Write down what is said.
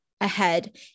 ahead